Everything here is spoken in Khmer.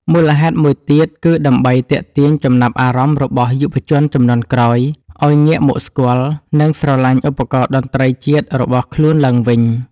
មូលហេតុមួយទៀតគឺដើម្បីទាក់ទាញចំណាប់អារម្មណ៍របស់យុវជនជំនាន់ក្រោយ ឱ្យងាកមកស្គាល់ និងស្រឡាញ់ឧបករណ៍តន្ត្រីជាតិរបស់ខ្លួនឡើងវិញ។